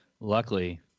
Luckily